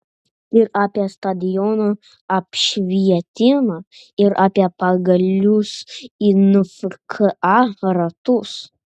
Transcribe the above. ir apie stadionų apšvietimą ir apie pagalius į nfka ratus